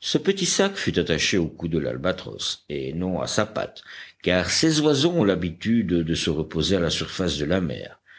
ce petit sac fut attaché au cou de l'albatros et non à sa patte car ces oiseaux ont l'habitude de se reposer à la surface de la mer